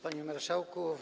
Panie Marszałku!